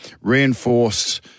reinforced